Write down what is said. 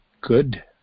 good